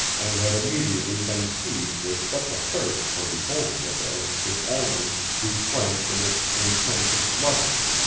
and had immediately been seized with such a thirst for beholding it as could only, be quenched in its intensest lustre.